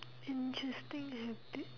interesting antic